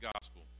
gospel